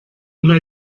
una